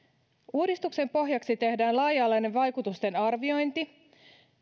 uudistuksen pohjaksi tehdään laaja alainen vaikutusten arviointi